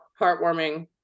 Heartwarming